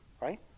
right